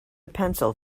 pencil